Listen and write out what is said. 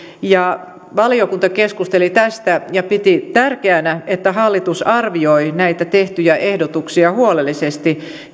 valiokunta keskusteli tästä ja piti tärkeänä että hallitus arvioi näitä tehtyjä ehdotuksia huolellisesti